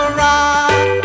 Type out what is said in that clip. rock